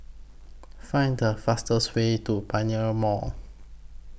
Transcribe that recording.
Find The fastest Way to Pioneer Mall